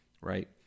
Right